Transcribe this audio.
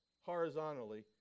Horizontally